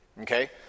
Okay